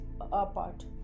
apart